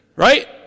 right